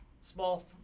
Small